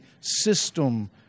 system